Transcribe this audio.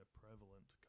prevalent